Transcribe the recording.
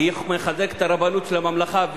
היא מחזקת את הרבנות של הממלכה,